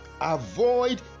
Avoid